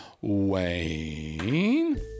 wayne